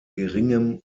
geringem